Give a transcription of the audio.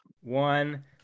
one